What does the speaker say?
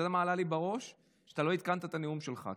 ועלה לי בראש שלא עדכנת את הנאום שלך,